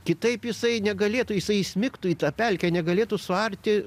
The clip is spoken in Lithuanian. kitaip jisai negalėtų jisai įsmigtų į tą pelkę negalėtų suarti